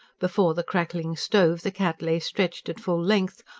before the crackling stove the cat lay stretched at full length,